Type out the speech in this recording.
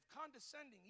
condescending